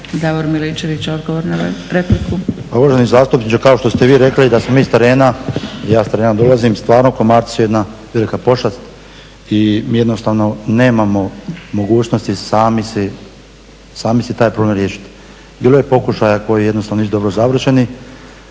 **Miličević, Davor (HDZ)** Pa uvaženi zastupniče, kao što ste vi rekli da smo mi s terena, i ja s terena dolazim, stvarno komarci su stvarno jedna velika pošast i mi jednostavno nemamo mogućnosti sami si taj problem riješiti. Bilo je pokušaja koji jednostavno nisu dobro završeni.